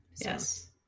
yes